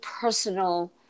personal